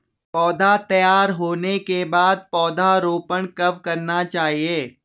पौध तैयार होने के बाद पौधा रोपण कब करना चाहिए?